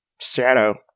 shadow